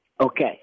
Okay